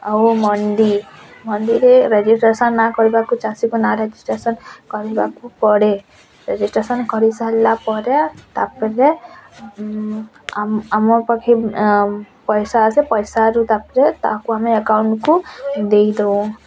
ଆଉ ମଣ୍ଡି ମଣ୍ଡିରେ ରେଜିଷ୍ଟ୍ରେସନ ନାଁ କରିବାକୁ ଚାଷୀଙ୍କ ନାଁ ରେଜିଷ୍ଟ୍ରେସନ କରିବାକୁ ପଡ଼େ ରେଜିଷ୍ଟ୍ରେସନ କରେଇ ସାରିଲା ପରେ ତାପରେ ଆମ ଆମ ପାଖେ ପଇସା ଆସେ ପଇସାରୁ ତାପରେ ତାକୁ ଆମେ ଆକାଉଣ୍ଟକୁ ଦେଇଦଉଁ